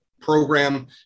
program